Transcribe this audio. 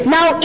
Now